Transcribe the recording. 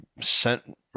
sent